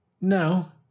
no